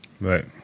Right